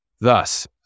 Thus